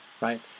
right